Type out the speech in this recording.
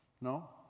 No